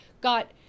got